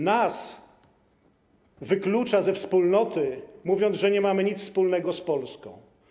Nas wyklucza ze wspólnoty, mówiąc, że nie mamy nic wspólnego z Polską.